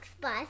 bus